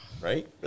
Right